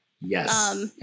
Yes